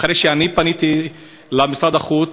אחרי שפניתי למשרד החוץ,